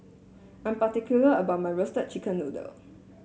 I'm particular about my Roasted Chicken Noodle